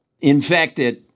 infected